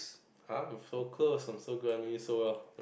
I'm so close I'm so glad I know you so well